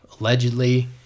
Allegedly